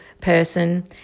person